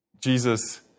Jesus